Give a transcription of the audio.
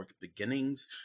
beginnings